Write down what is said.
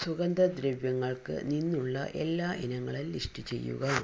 സുഗന്ധ ദ്രവ്യങ്ങൾക്ക് നിന്നുള്ള എല്ലാ ഇനങ്ങളും ലിസ്റ്റു ചെയ്യുക